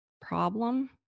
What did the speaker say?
problem